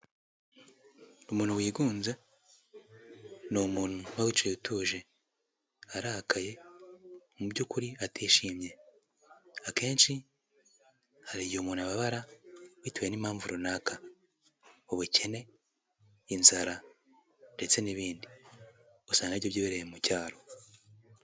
Umuntu wigunze ni umuntu uba wicaye utuje, arakaye, mu by'ukuri atishimye. Akenshi hari igihe umuntu ababara bitewe n'impamvu runaka: ubukene, inzara ndetse n'ibindi usanga ari byo byibereye mu cyaro.